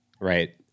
Right